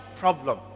problem